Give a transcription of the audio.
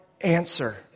answer